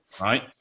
right